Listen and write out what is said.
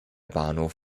bahnhof